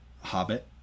Hobbit